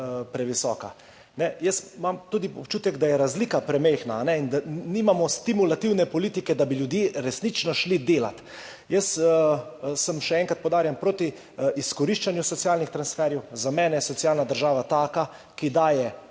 previsoka. Jaz imam tudi občutek, da je razlika premajhna in da nimamo stimulativne politike, da bi ljudje resnično šli delat. Jaz sem, še enkrat poudarjam, proti izkoriščanju socialnih transferjev. Za mene je socialna država taka, ki daje